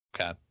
Okay